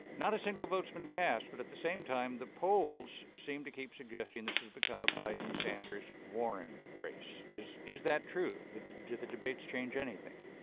not a single vote's been cast. but at the same time, the polls seem to keep suggesting this has become a biden-sanders-warren race. is is that true? did the debates change anything?